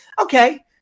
okay